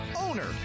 Owner